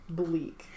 bleak